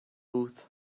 booth